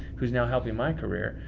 who's now helping my career,